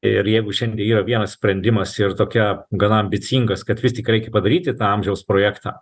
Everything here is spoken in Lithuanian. ir jeigu šiandien yra vienas sprendimas ir tokia gana ambicingas kad vis tik reikia padaryti amžiaus projektą